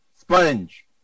Sponge